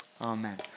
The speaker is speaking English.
Amen